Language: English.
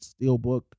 steelbook